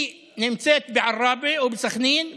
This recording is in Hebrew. היא נמצאת בעראבה או בסח'נין בצפון,